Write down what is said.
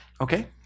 Okay